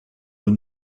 aux